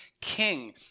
king